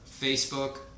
Facebook